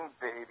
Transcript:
baby